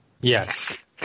Yes